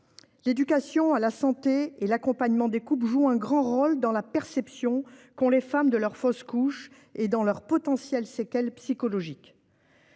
L'éducation à la santé et l'accompagnement des couples jouent un grand rôle dans la perception qu'ont les femmes de leurs fausses couches et dans leurs potentielles séquelles psychologiques.